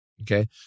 okay